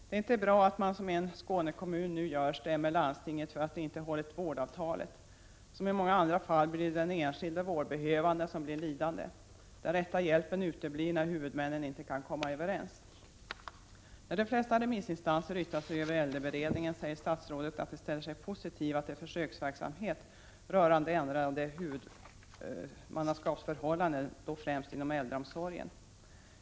Det är inte bra att man, som man nu gör i en Skånekommun, stämmer landstinget för att det inte hållit vårdavtalet. Som i många andra fall är det den enskilde vårdbehövande som blir lidande. Den rätta hjälpen uteblir när huvudmännen inte kan komma överens. När de flesta remissinstanser yttrat sig över äldreberedningen säger statsrådet att de ställer sig positiva till försöksverksamhet rörande ändrade huvudmannaskapsförhållanden, då främst inom äldreomsorgen.